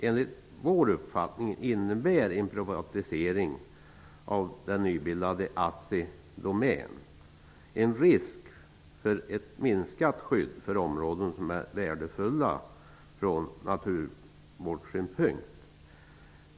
Enligt vår uppfattning innebär en privatisering av det nybildade Assidomän en risk för ett minskat skydd för områden som är värdefulla från naturvårdssynpunkt.